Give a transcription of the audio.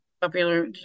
popular